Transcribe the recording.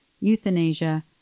euthanasia